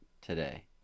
today